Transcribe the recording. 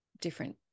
different